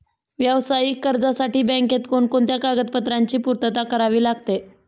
व्यावसायिक कर्जासाठी बँकेत कोणकोणत्या कागदपत्रांची पूर्तता करावी लागते?